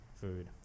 food